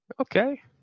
Okay